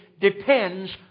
depends